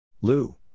Lou